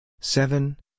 seven